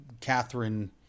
Catherine